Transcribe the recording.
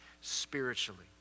spiritually